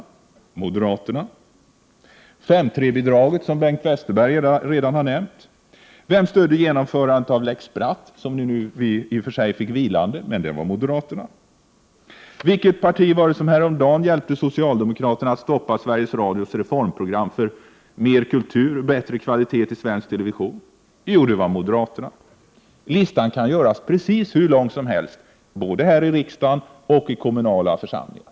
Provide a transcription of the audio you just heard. Vilka hjälpte till att genomföra ändringen av 5:3-bidraget, vilket Bengt Westerberg redan har nämnt? Moderaterna. Vilka stödde införandet av lex Bratt, en lagstiftning som vi nu i och för sig får vilande? Det var moderaterna. Vilket parti var det som häromdagen hjälpte socialdemokraterna att stoppa Sveriges Radios reformprogram för mer kultur och bättre kvalitet i svensk television? Jo, det var moderata samlingspartiet. Listan kan göras precis hur lång som helst, både här i riksdagen och i kommunala församlingar.